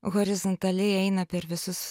horizontaliai eina per visus